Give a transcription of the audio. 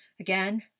Again